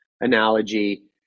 analogy